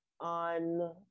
on